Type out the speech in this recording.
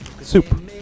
Soup